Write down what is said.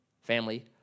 family